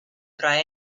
tra